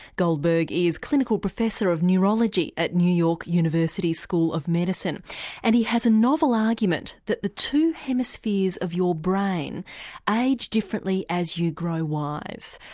goldberg is clinical professor of neurology at new york university school of medicine and he has a novel argument that the two hemispheres of your brain age differently as you grow wise.